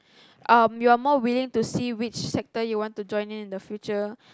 um you are more willing to see which sector you are want to join in the future